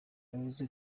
yavuze